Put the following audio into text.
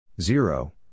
Zero